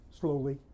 slowly